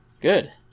Good